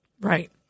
Right